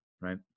right